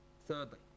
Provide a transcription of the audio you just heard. Thirdly